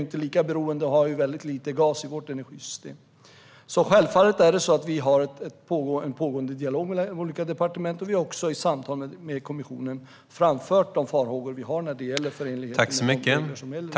Själva har vi väldigt lite gas i vårt energisystem och är inte lika beroende av den. Självfallet har vi en pågående dialog med olika departement, och vi har också i samtal med kommissionen framfört de farhågor vi har när det gäller förenligheten med de regler som gäller i EU.